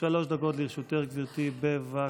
שלוש דקות לרשותך, גברתי, בבקשה.